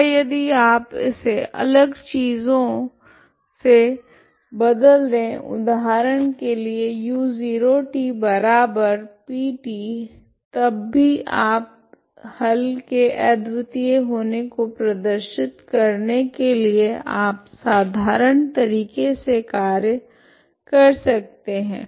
तथा यदि आप इसे अलग चीजों से बदल दे उदाहरण के लिए u0tp तब भी आप हल के अद्वितीय होने को प्रदर्शित करने के लिए आप साधारण तरीके से कार्य कर कर सकते है